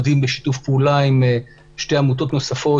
אחרים,